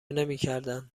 نمیکردند